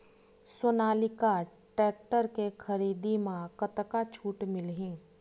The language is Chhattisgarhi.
सोनालिका टेक्टर के खरीदी मा कतका छूट मीलही?